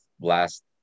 last